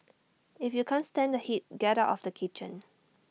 if you can't stand the heat get out of the kitchen